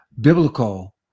biblical